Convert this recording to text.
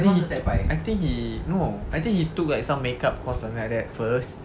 I think he I think he no I think he took like some make-up course something like that first